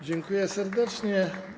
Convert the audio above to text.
Dziękuję serdecznie.